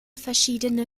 verschiedene